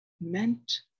meant